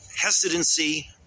hesitancy